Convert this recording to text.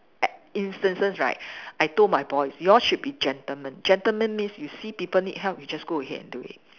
a~ instances right I told my boys you all should be gentlemen gentlemen means you see people need help you just go ahead and do it